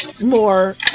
more